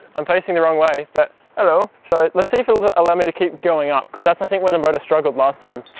i'm facing the wrong way but hello. so let's see if it'll allow me to keep going up because that's i think where the motor struggled last time.